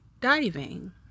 diving